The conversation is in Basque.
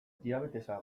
diabetesa